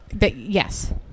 Yes